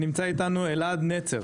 אלעד נצר